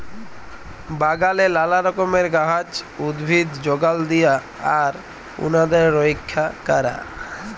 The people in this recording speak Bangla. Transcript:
বাগালে লালা রকমের গাহাচ, উদ্ভিদ যগাল দিয়া আর উনাদের রইক্ষা ক্যরা